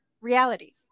reality